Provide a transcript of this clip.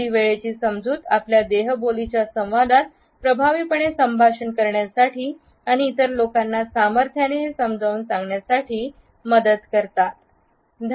आपली वेळेची समजूत आपल्या देहबोली च्या संवादात प्रभावीपणे संभाषण करण्यासाठी आणि इतर लोकांना सामर्थ्याने हे समजावून सांगण्यासाठी मदत करतात